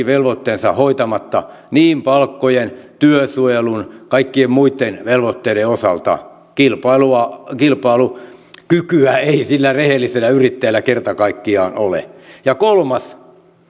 velvoitteensa hoitamatta niin palkkojen työsuojelun kuin kaikkien muitten velvoitteiden osalta kilpailukykyä ei sillä rehellisellä yrittäjällä kerta kaikkiaan ole kolmas